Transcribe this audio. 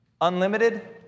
unlimited